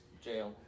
Jail